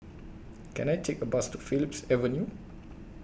Can I Take A Bus to Phillips Avenue